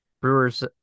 Brewers